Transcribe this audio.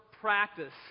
practice